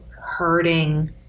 hurting